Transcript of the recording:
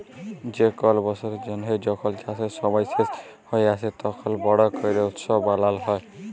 যে কল বসরের জ্যানহে যখল চাষের সময় শেষ হঁয়ে আসে, তখল বড় ক্যরে উৎসব মালাল হ্যয়